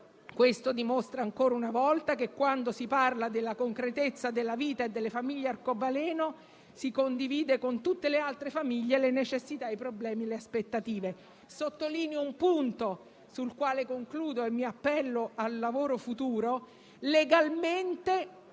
e ciò dimostra, ancora una volta, che quando si parla della concretezza della vita e delle famiglie arcobaleno si condividono con tutte le altre famiglie le necessità, i problemi e le aspettative. Sottolineo un punto, sul quale concludo appellandomi al lavoro futuro; legalmente